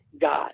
God